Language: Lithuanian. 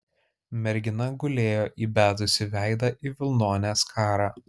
mergina gulėjo įbedusi veidą į vilnonę skarą